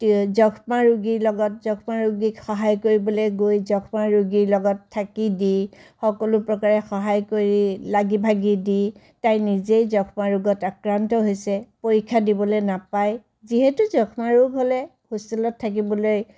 T যক্ষ্মা ৰোগীৰ লগত যক্ষ্মা ৰোগীক সহায় কৰিবলৈ গৈ যক্ষ্মা ৰোগীৰ লগত থাকি দি সকলো প্ৰকাৰে সহায় কৰি লাগি ভাগি দি তাই নিজেই যক্ষ্মা ৰোগত আক্ৰন্ত হৈছে পৰীক্ষা দিবলৈ নাপায় যিহেতু যক্ষ্মা ৰোগ হ'লে হোষ্টেলত থাকিবলৈ